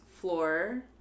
floor